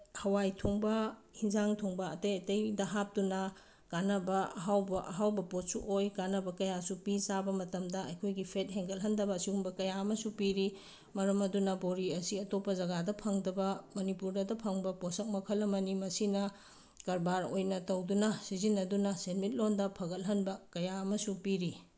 ꯍꯋꯥꯏ ꯊꯣꯡꯕ ꯏꯟꯁꯥꯡ ꯊꯣꯡꯕ ꯑꯇꯩ ꯑꯇꯩꯗ ꯍꯥꯞꯇꯨꯅ ꯀꯥꯅꯕ ꯑꯍꯥꯎꯕ ꯑꯍꯥꯎꯕ ꯄꯣꯠꯁꯨ ꯑꯣꯏ ꯀꯥꯅꯕ ꯀꯌꯥꯁꯨꯨ ꯄꯤ ꯆꯥꯕ ꯃꯇꯝꯗ ꯑꯩꯈꯣꯏꯒꯤ ꯐꯦꯠ ꯍꯦꯟꯒꯠꯍꯟꯗꯕ ꯑꯁꯤꯒꯨꯝꯕ ꯀꯌꯥ ꯑꯃꯁꯨ ꯄꯤꯔꯤ ꯃꯔꯝ ꯑꯗꯨꯅ ꯕꯣꯔꯤ ꯑꯁꯤ ꯑꯇꯣꯞꯄ ꯖꯒꯥꯗ ꯐꯪꯗꯕ ꯃꯅꯤꯄꯨꯔꯗꯇ ꯐꯪꯕ ꯄꯣꯁꯛ ꯃꯈꯜ ꯑꯃꯅꯤ ꯃꯁꯤꯅ ꯀꯔꯕꯥꯔ ꯑꯣꯏꯅ ꯇꯧꯗꯨꯅ ꯁꯤꯖꯤꯟꯅꯗꯨꯅ ꯁꯦꯟꯃꯤꯠꯂꯣꯟꯗ ꯐꯒꯠꯍꯟꯕ ꯀꯌꯥ ꯑꯃꯁꯨ ꯄꯤꯔꯤ